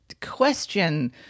question